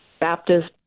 Baptist